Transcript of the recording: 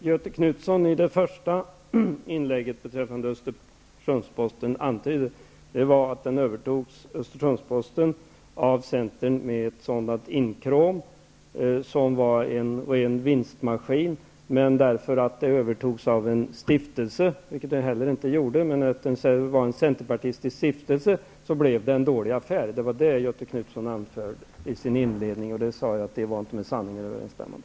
Göthe Knutson antydde i sitt första inlägg att Östersunds-Posten övertogs av Centern med ett inkråm som fungerade som en vinstmaskin, och att det, eftersom tidningen övertogs av en centerpartistisk stiftelse -- vilket alltså inte var fallet -- blev en dålig affär. Jag sade att det inte var med sanningen överensstämmande.